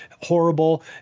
horrible